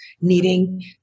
needing